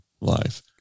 life